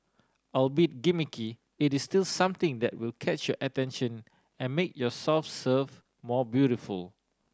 albeit gimmicky it is still something that will catch your attention and make your soft serve more beautiful